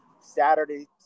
Saturday